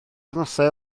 wythnosau